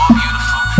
beautiful